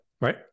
Right